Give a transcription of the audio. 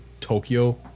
Tokyo